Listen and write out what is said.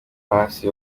hasi